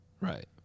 Right